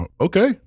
Okay